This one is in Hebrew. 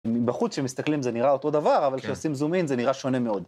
בחוץ כשמסתכלים זה נראה אותו דבר, אבל כשעושים זום אין זה נראה שונה מאוד.